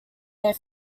their